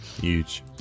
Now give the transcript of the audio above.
huge